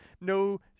No